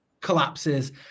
collapses